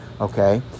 okay